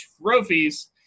trophies